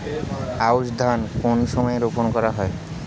আউশ ধান কোন সময়ে রোপন করা হয়?